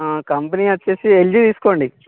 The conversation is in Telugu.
కంపెనీ వచ్చేసి ఎల్జి తీసుకోండి